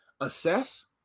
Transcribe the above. Assess